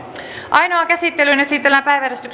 ainoaan käsittelyyn esitellään päiväjärjestyksen